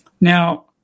Now